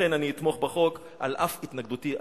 לכן אני אתמוך בחוק על אף התנגדותי העקרונית.